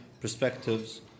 perspectives